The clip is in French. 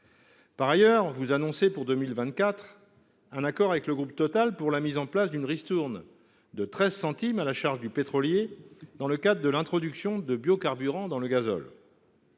Par ailleurs, vous annoncez, pour 2024, un accord avec le groupe Total Énergies au sujet de la mise en place d’une ristourne de 13 centimes d’euros à la charge du pétrolier, dans le cadre de l’introduction de biocarburant dans le gazole.